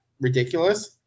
ridiculous